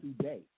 today